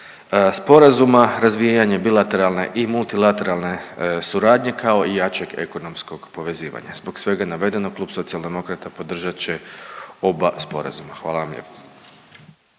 sporazuma, razvijanje bilateralne i multilateralne suradnje, kao i jačeg ekonomskog povezivanja. Zbog svega navedenog Klub Socijaldemokrata podržat će oba sporazuma. Hvala vam lijepo.